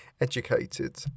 educated